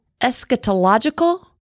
eschatological-